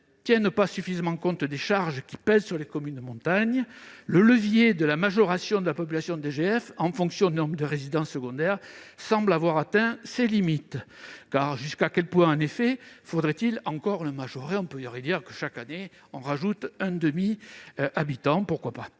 ne tiennent pas suffisamment compte des charges qui pèsent sur les communes de montagne, le levier de la majoration de la population DGF en fonction du nombre de résidences secondaires semble avoir atteint ses limites. Jusqu'à quel point faudrait-il encore le majorer ? On ne peut pas majorer la population DGF d'un demi-habitant par